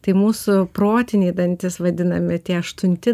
tai mūsų protiniai dantys vadinami tie aštunti